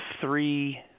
three